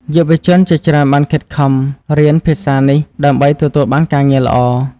យុវជនជាច្រើនបានខិតខំរៀនភាសានេះដើម្បីទទួលបានការងារល្អ។